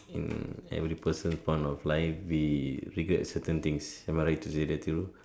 in every person point of life we figured certain things am I right to say that Thiru